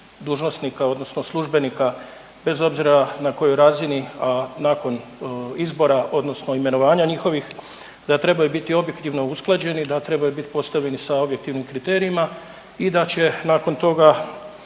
dužnosnika odnosno službenika bez obzira na kojoj razini, a nakon izbora odnosno imenovanja njihovih da trebaju biti objektivno usklađeni, da trebaju bit postavljeni sa objektivnim kriterijima i da će nakon toga